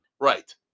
right